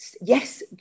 Yes